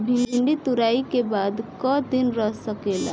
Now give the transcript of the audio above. भिन्डी तुड़ायी के बाद क दिन रही सकेला?